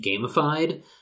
gamified